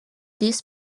this